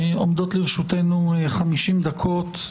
עומדות לרשותנו 50 דקות.